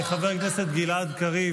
חבר הכנסת גלעד קריב,